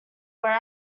where